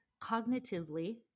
cognitively